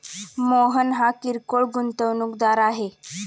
मोहन हा किरकोळ गुंतवणूकदार आहे